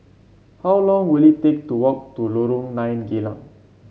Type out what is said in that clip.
how long will it take to walk to Lorong Nine Geylang